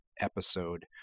episode